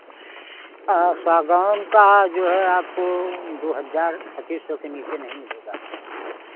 सागौन का जो है आपको दो हज़ार पच्चीस सौ के नीचे नहीं मिलेगा